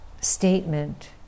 statement